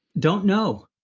don't know.